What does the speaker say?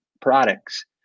products